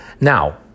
Now